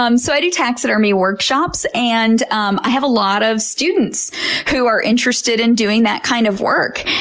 um so i do taxidermy workshops and um i have a lot of students who are interested in doing that kind of work.